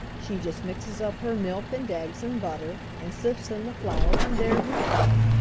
she just mixes up her milk and eggs and butter, and sifts in the flour, and there you are.